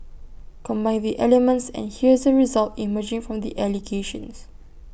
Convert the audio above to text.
combine the elements and here's the result emerging from the allegations